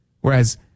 whereas